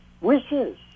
wishes